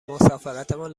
مسافرتمان